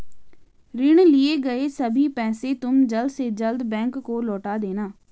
ऋण लिए गए सभी पैसे तुम जल्द से जल्द बैंक को लौटा देना